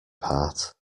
part